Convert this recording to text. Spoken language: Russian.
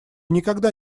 никогда